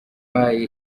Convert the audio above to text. wahaye